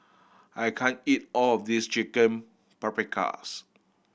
I can't eat all of this Chicken Paprikas